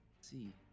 see